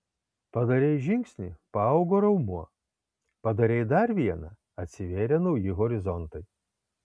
padarei žingsnį paaugo raumuo padarei dar vieną atsivėrė nauji horizontai